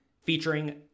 featuring